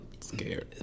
scared